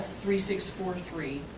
three, six, four, three.